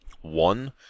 One